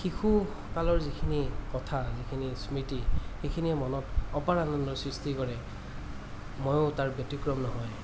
শিশুকালৰ যিখিনি কথা যিখিনি স্মৃতি সেইখিনিয়ে মনত অপাৰ আনন্দৰ সৃষ্টি কৰে মইও তাৰ ব্য়তিক্ৰম নহয়